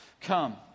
Come